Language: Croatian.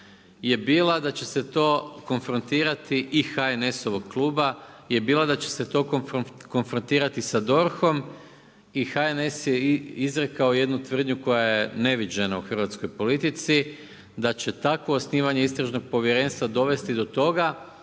i zamjerka HDZ-ovog i HNS-ovog kluba je bila da će se to konfrontirati sa DORH-om i HNS je izrekao jednu tvrdnju koja je neviđena u hrvatskoj politici, da će takvo osnivanje istražnog povjerenstva dovesti do toga